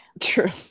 True